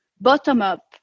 bottom-up